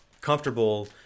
comfortable